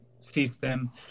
system